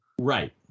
Right